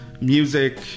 music